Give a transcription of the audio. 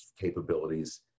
capabilities